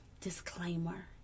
disclaimer